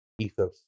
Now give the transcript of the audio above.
ethos